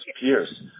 Pierce